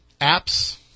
apps